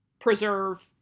preserve